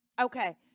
Okay